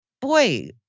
Boy